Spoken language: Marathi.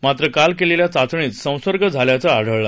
मात्र काल केलेल्या चाचणीत संसर्ग झाल्याचं आढळलं